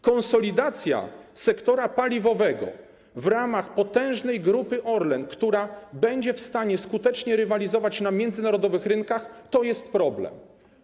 Konsolidacja sektora paliwowego w ramach potężnej Grupy Orlen, która będzie w stanie skutecznie rywalizować na międzynarodowych rynkach - to jest problem.